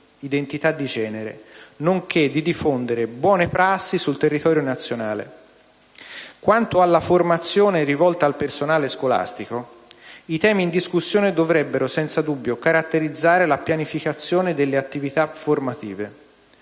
dell'identità di genere, nonché di diffondere buone prassi sul territorio nazionale. Quanto alla formazione rivolta al personale scolastico, i temi in discussione dovrebbero senza dubbio caratterizzare la pianificazione delle attività formative.